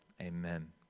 Amen